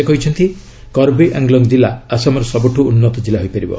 ସେ କହିଛନ୍ତି କର୍ବିଆଙ୍ଗଲଙ୍ଗ ଜିଲ୍ଲା ଆସାମର ସବୁଠୁ ଉନ୍ନତ କିଲ୍ଲା ହୋଇପାରିବ